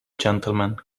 gentleman